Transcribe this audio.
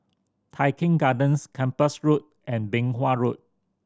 Tai Keng Gardens Kempas Road and Beng Wan Road